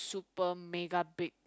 super mega big